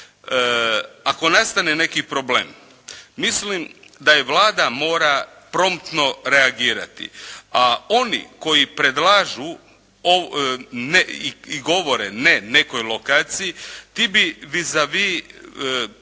ako nastane neki problem, mislim da je Vlada mora promptno reagirati, a oni koji predlažu i govore ne nekoj lokaciji, ti bi vis a vis